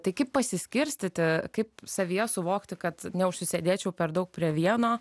tai kaip pasiskirstyti kaip savyje suvokti kad neužsisėdėčiau per daug prie vieno